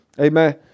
Amen